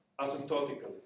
asymptotically